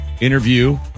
interview